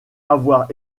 avoir